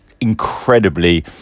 incredibly